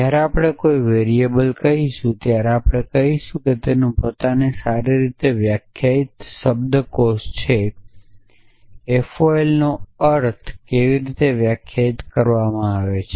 જ્યારે આપણે કોઈ વેરીએબલ કહીશું ત્યારે આપણે કહીશું કે તેનો પોતાનો સારી રીતે વ્યાખ્યાયિત શબ્દકોષ છે FOL ના અર્થ કેવી રીતે વ્યાખ્યાયિત કરવામાં આવે છે